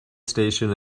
station